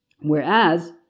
Whereas